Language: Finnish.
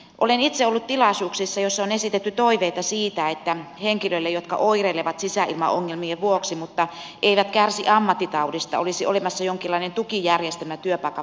olen itse ollut tilaisuuksissa joissa on esitetty toiveita siitä että henkilöille jotka oireilevat sisäilmaongelmien vuoksi mutta eivät kärsi ammattitaudista olisi olemassa jonkinlainen tukijärjestelmä työpaikan vaihtamiseksi